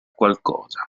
qualcosa